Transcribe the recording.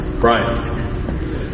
Brian